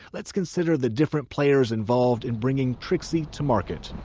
let's consider the different players involved in bringing trixie to market